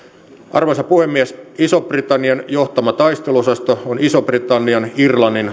arvoisa puhemies ison britannian johtama taisteluosasto on ison britannian irlannin